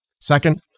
Second